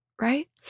right